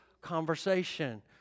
conversation